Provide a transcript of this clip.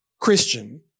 Christian